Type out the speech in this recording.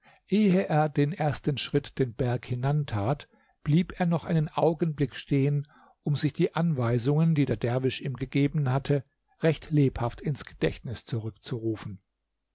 er den ersten schritt den berg hinan tat blieb er noch einen augenblick stehen um sich die anweisungen die der derwisch ihm gegeben hatte recht lebhaft ins gedächtnis zurückzurufen